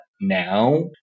now